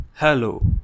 Hello